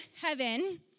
heaven